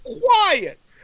quiet